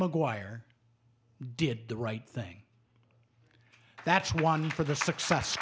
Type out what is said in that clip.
mcguire did the right thing that's one for the success